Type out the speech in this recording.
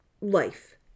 life